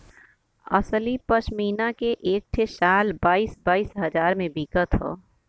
असली पश्मीना के एक ठे शाल बाईस बाईस हजार मे बिकत हौ